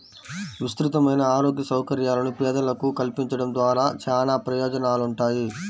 విస్తృతమైన ఆరోగ్య సౌకర్యాలను పేదలకు కల్పించడం ద్వారా చానా ప్రయోజనాలుంటాయి